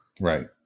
Right